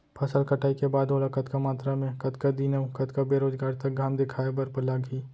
फसल कटाई के बाद ओला कतका मात्रा मे, कतका दिन अऊ कतका बेरोजगार तक घाम दिखाए बर लागही?